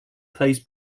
plays